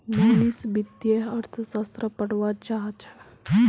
मोहनीश वित्तीय अर्थशास्त्र पढ़वा चाह छ